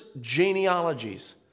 genealogies